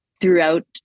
throughout